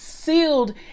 sealed